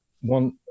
one